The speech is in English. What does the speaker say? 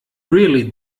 really